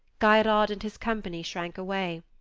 geirrod and his company shrank away.